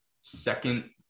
second